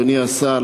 אדוני השר,